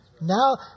Now